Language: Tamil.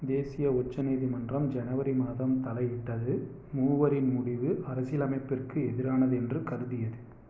தேசிய உச்ச நீதிமன்றம் ஜனவரி மாதம் தலையிட்டது மூவரின் முடிவு அரசியலமைப்பிற்கு எதிரானது என்று கருதியது